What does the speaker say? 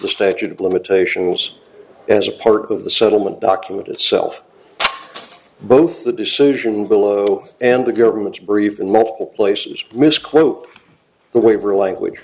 the statute of limitations as a part of the settlement document itself both the decision below and the government's brief in multiple places misquote the waiver language